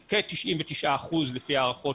כ-99% לפי הערכות,